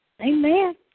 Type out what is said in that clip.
Amen